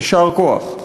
יישר כוח,